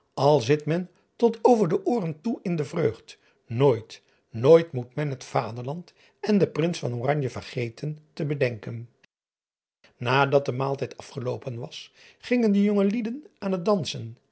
l zit men tot over de ooren toe in de vreugd nooit nooit moet men het aderland en den rins vergeten te bedenken adat de maaltijd afgeloopen was gingen de jonge lieden aan het dansen